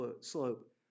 slope